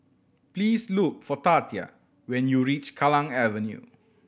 please look for Tatia when you reach Kallang Avenue